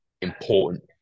important